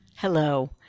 Hello